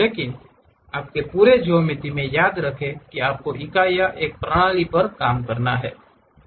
लेकिन आपके पूरे ज्यामिति में याद रखें कि आपको इकाइयों की एक प्रणाली पर काम करना होगा